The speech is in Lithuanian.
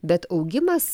bet augimas